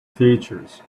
features